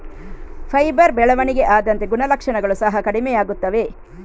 fibre ಬೆಳವಣಿಗೆ ಆದಂತೆ ಗುಣಲಕ್ಷಣಗಳು ಸಹ ಕಡಿಮೆಯಾಗುತ್ತವೆ